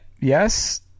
Yes